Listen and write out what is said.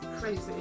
crazy